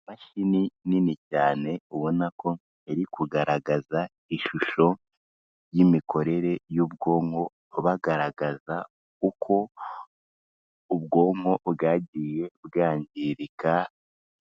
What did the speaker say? Imashini nini cyane ubona ko iri kugaragaza ishusho y'imikorere y'ubwonko bagaragaza uko ubwonko bwagiye bwangirika,